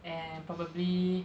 and probably